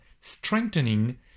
Strengthening